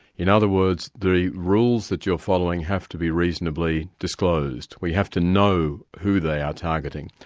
in other words, the rules that you're following have to be reasonably disclosed. we have to know who they are targeting.